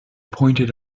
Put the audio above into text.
pointed